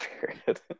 period